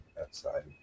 outside